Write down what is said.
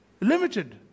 limited